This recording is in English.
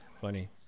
Funny